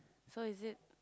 so is it